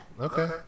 Okay